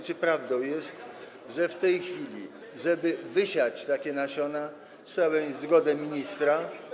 Czy prawdą jest, że w tej chwili, żeby wysiać takie nasiona, trzeba mieć zgodę ministra?